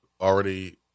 already